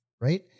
right